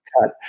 cut